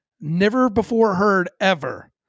never-before-heard-ever